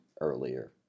earlier